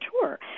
tour